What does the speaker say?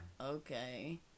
okay